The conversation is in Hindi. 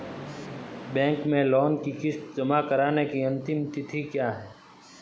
बैंक में लोंन की किश्त जमा कराने की अंतिम तिथि क्या है?